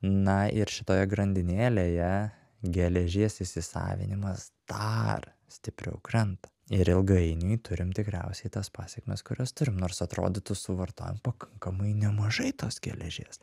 na ir šitoje grandinėlėje geležies įsisavinimas dar stipriau krenta ir ilgainiui turim tikriausiai tas pasekmes kurias turim nors atrodytų suvartojam pakankamai nemažai tos geležies